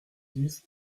dix